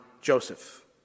Joseph